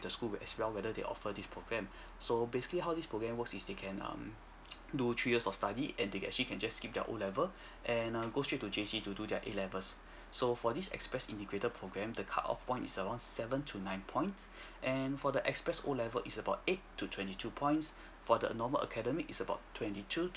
the school as well whether they offer this program so basically how this program works is they can um do three years of study and they can actually can just skip their O level and err go straight to J_C to do their A levels so for this express integrated programme the cut off points is seven seven to nine points and for the express O level is about eight to twenty two points for the normal academic is about twenty two